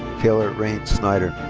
taylor raine snider.